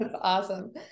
awesome